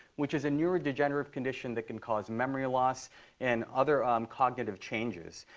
which is a neurodegenerative condition that can cause memory loss and other um cognitive changes.